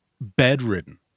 bedridden